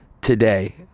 today